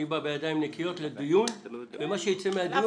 אני בא בידיים נקיות לדיון ומה שיצא מהדיון